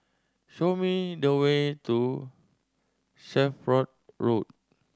show me the way to Shelford Road